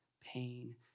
pain